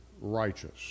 righteous